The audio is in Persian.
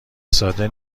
ساده